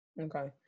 Okay